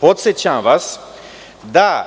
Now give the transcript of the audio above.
Podsećam vas da